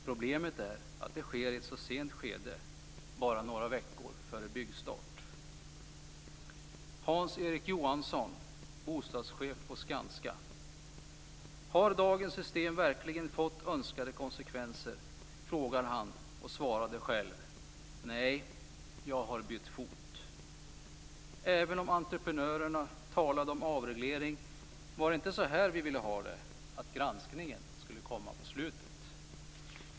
Problemet är att det sker i ett sådant sent skede, bara några veckor före byggstart. Hans-Erik Johansson, bostadschef på Skanska, frågade: Har dagens system verkligen fått önskade konsekvenser? Han svarade själv: Nej, jag har bytt fot. Även om entreprenörerna talade om avreglering var det inte så här vi ville ha det, att granskningen skulle komma på slutet.